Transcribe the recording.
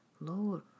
Lord